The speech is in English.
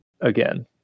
again